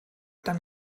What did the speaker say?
dann